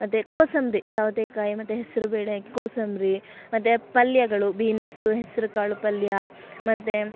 ಮತ್ತು ಕೋಸಂಬರಿ ಸೌತೆಕಾಯಿ ಮತ್ತು ಹೆಸರುಬೇಳೆ ಹಾಕಿ ಕೋಸಂಬರಿ ಮತ್ತು ಪಲ್ಯಗಳು ಬಿನೀಸು ಹೆಸರುಕಾಳು ಪಲ್ಯ ಮತ್ತು